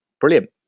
Brilliant